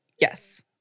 yes